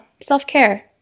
Self-care